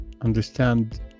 understand